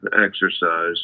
exercise